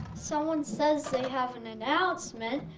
someone says they have an announcement.